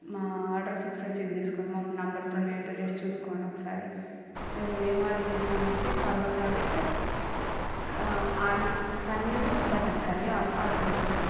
మా ఆర్డర్స్ ఒకసారి చెక్ చేసుకోండి మా నెంబర్తో ఎంటర్ చేసి చూసుకోండి ఒకసారి మేము ఏమి ఆర్డర్ చేస్తానాము అంటే parotta with aloo paneer butter curry order పెట్టినాం